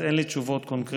אז אין לי תשובות קונקרטיות.